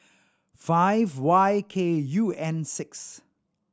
five Y K U N six